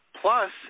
Plus